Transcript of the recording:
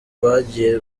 bagiye